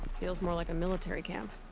feels more like a military camp.